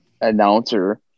announcer